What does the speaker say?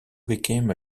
became